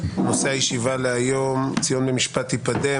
נושא הישיבה היום: ציון במשפט תיפדה,